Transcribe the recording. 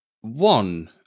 one